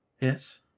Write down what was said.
Yes